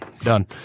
Done